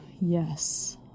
Yes